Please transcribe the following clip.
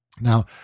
Now